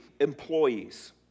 employees